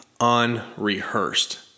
unrehearsed